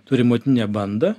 turim motininę bandą